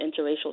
interracial